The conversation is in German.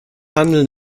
handeln